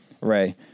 Ray